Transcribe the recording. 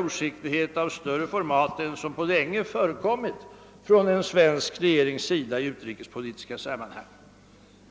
oskicklighet av större format än som på länge förekommit från en svensk regerings sida i utrikespolitiska sammanhang.